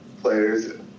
players